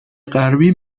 غربی